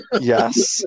yes